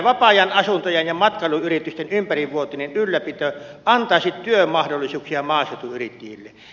vapaa ajanasuntojen ja matkailuyritysten ympärivuotinen ylläpito antaisi työmahdollisuuksia maaseutuyrittäjille